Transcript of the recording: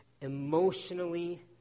emotionally